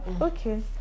Okay